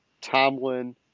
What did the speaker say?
Tomlin